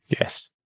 yes